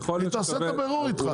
היא תעשה את הבירור איתך.